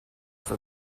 for